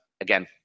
again